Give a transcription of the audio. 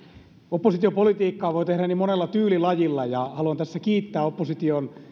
oppositiopolitiikkaa voi tehdä niin monella tyylilajilla haluan tässä kiittää opposition